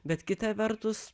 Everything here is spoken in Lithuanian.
bet kita vertus